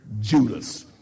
Judas